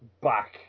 back